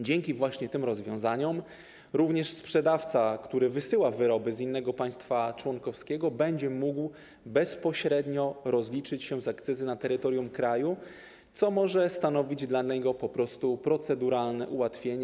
Dzięki właśnie tym rozwiązaniom również sprzedawca, który wysyła wyroby z innego państwa członkowskiego, będzie mógł bezpośrednio rozliczyć się z akcyzy na terytorium kraju, co może stanowić dla niego po prostu proceduralne ułatwienie.